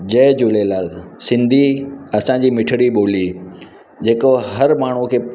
जय झूलेलाल सिंधी असांजी मिठिड़ी ॿोली जेको हर माण्हू खे